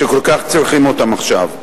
שכל כך צריכים אותן עכשיו.